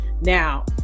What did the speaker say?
Now